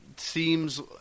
seems